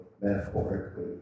metaphorically